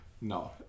No